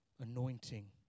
anointing